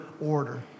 order